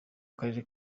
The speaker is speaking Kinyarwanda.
w’akarere